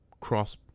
cross